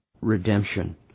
redemption